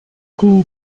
die